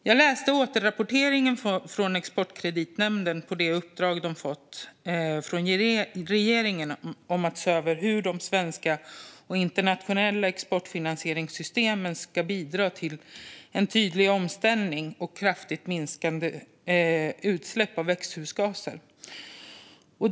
Jag läste återrapporteringen från Exportkreditnämnden av det uppdrag man fått från regeringen om att se över hur de svenska och internationella exportfinansieringssystemen ska bidra till tydlig omställning och kraftigt minskade utsläpp av växthusgaser.